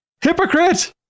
Hypocrite